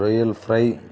రొయ్యల ఫ్రై